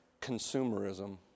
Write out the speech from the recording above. consumerism